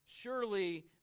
Surely